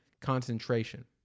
concentration